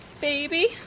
baby